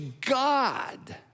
God